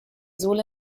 sohle